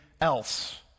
else